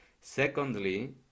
Secondly